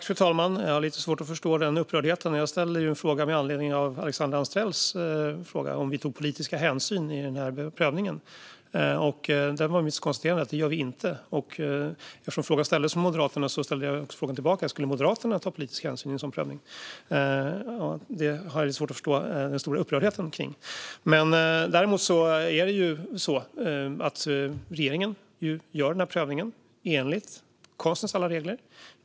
Fru talman! Jag har lite svårt att förstå upprördheten. Jag ställde en fråga med anledning av Alexandra Anstrells fråga om huruvida vi tog politiska hänsyn i den här prövningen. Mitt konstaterande var att vi inte gör det. Eftersom frågan ställdes från Moderaterna ställde jag frågan tillbaka om Moderaterna skulle ta politiska hänsyn i en sådan prövning. Jag har svårt att förstå den stora upprördheten över det. Däremot är det så att regeringen gör prövningen enligt konstens alla regler.